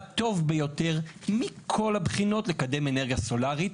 הטוב ביותר מכל הבחינות לקדם אנרגיה סולרית,